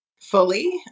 fully